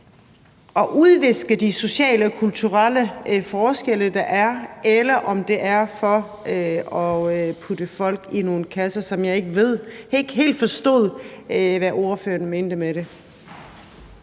og udviske de sociale og kulturelle forskelle, der er, eller om det er for at putte folk i nogle kasser. For jeg forstod ikke helt, hvad ordføreren mente med det.